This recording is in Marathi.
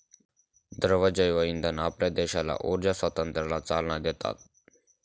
द्रव जैवइंधन आपल्या देशाला ऊर्जा स्वातंत्र्याला चालना देतात